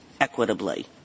equitably